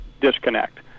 disconnect